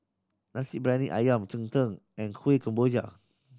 Nasi Briyani Ayam cheng tng and Kuih Kemboja